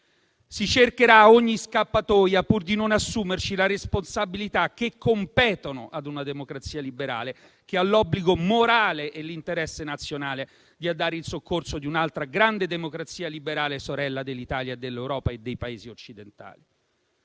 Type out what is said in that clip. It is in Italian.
Si cercherà ogni scappatoia pur di non assumerci le responsabilità che competono ad una democrazia liberale, che ha l'obbligo morale e l'interesse nazionale di andare in soccorso di un'altra grande democrazia liberale, sorella dell'Italia, dell'Europa e dei Paesi occidentali.